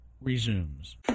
resumes